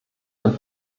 dem